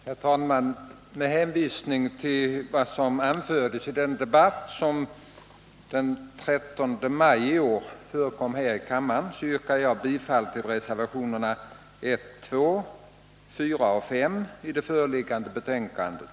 Herr talman! Med hänvisning till vad som anfördes i den debatt som den 13 maj i år förekom här i kammaren yrkar jag bifall till reservationerna I, 2,4 och 5 i det föreliggande betänkandet.